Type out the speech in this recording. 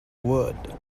word